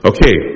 Okay